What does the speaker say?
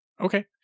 Okay